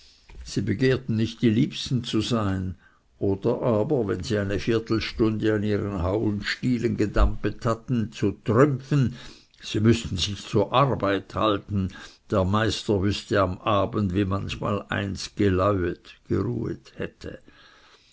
sie begehren nicht die liebsten zu sein oder aber wenn sie eine viertelstunde an ihren hauenstielen gedampet hatten zu trümpfen sie müßten sich zur arbeit halten der meister wüßte am abend wie manchmal eins geleuet hätte